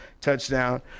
touchdown